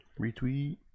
retweet